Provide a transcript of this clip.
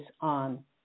on